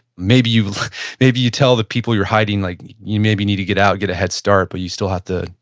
maybe you maybe you tell the people you're hiding, like you maybe need to get out, get a head start but you still have to,